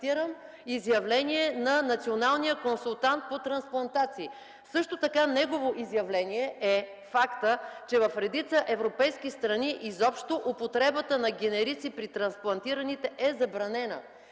изявление на националния консултант по трансплантации. Също така негово изявление е фактът, че в редица европейски страни употребата на генерици при трансплантираните изобщо е забранена,